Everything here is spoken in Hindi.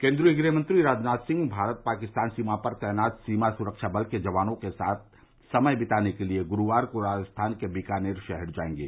केन्द्रीय गृहमंत्री राजनाथ सिंह भारत पाकिस्तान सीमा पर तैनात सीमा सुरक्षा बल के जवानों के साथ समय बिताने के लिए गुरूवार को राजस्थान के बीकानेर शहर जाएंगे